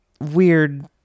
weird